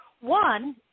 one